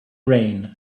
rain